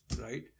right